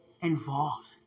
Involved